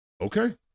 Okay